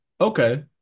Okay